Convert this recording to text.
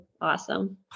Awesome